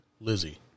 Lizzie